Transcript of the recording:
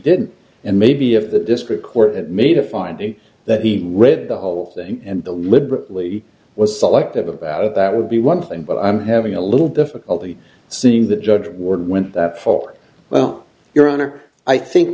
did and maybe of the district where it made a finding that he read the whole thing and the liberally was selective about it that would be one thing but i'm having a little difficulty seeing the judge word went that for well your honor i think